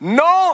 no